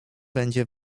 będzie